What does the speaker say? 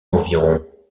environ